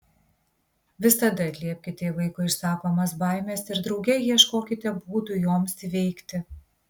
visada atliepkite į vaiko išsakomas baimes ir drauge ieškokite būdų joms įveikti